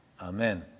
Amen